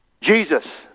Jesus